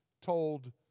told